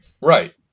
right